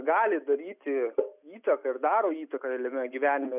gali daryti įtaką ir daro įtaką realiame gyvenime